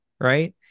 Right